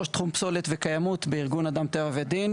ראש תחום פסולת וקיימות בארגון אדם טבע ודין,